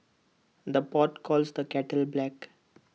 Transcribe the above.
the pot calls the kettle black